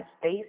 space